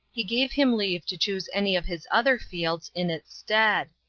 he gave him leave to choose any of his other fields in its stead.